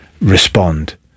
respond